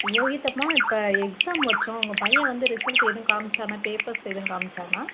யோகித் அம்மா இப்போ எக்ஸாம் வச்சோம் உங்கள் பையன் வந்து ரிசல்ட்டு எதுவும் காமித்தானா பேப்பர்ஸ் ஏதும் காமிச்சானா